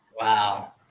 Wow